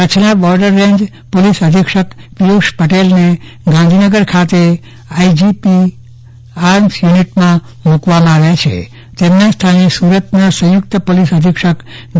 કચ્છના border range અધિકારી પીયુષ પટેલને ગાંધીનગર ખાતે આઈજીપી આર્મ્સ યુનિટમાં મુકવામાં આવ્યા છે તેમના સ્થાને સુરતના સયુંકત પોલીસ અધિકારી ડી